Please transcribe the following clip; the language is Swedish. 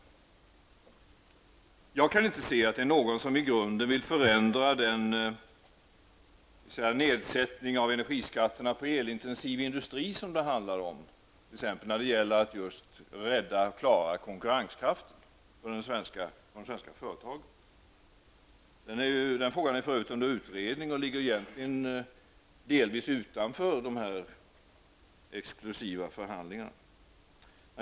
Jag kan inte se t.ex. att någon vill i grunden förändra den nedsättning av energiskatterna för elintensiv industri som det handlar om när det gäller att klara konkurrensen för de svenska företagen. Den frågan är för övrigt under utredning och ligger egentligen delvis utanför de här exklusiva förhandlingarna.